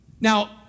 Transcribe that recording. Now